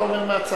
אתה אומר מהצד.